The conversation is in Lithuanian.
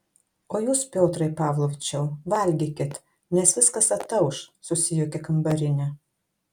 o jūs piotrai pavlovičiau valgykit nes viskas atauš susijuokė kambarinė